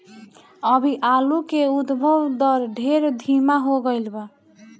अभी आलू के उद्भव दर ढेर धीमा हो गईल बा